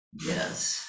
Yes